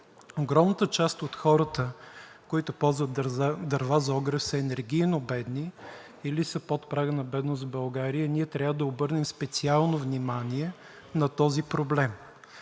Огромната част от хората, които ползват дърва за огрев, са енергийно бедни или са под прага на бедност в България и ние трябва да обърнем специално внимание на този проблем.